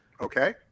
Okay